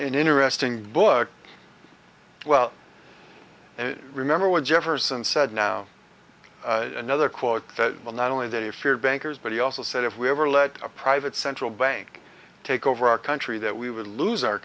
an interesting book well and remember what jefferson said now another quote that will not only that he feared bankers but he also said if we ever let a private central bank take over our country that we would lose our